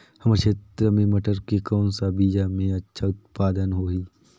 हमर क्षेत्र मे मटर के कौन सा बीजा मे अच्छा उत्पादन होही?